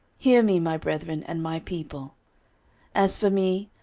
hear me, my brethren, and my people as for me,